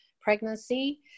pregnancy